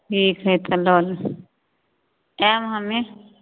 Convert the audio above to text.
ठीक हइ तऽ लऽ लेब तेँ हमे